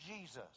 Jesus